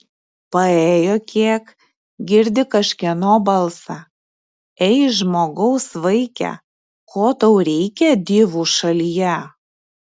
paėjo kiek girdi kažkieno balsą ei žmogaus vaike ko tau reikia divų šalyje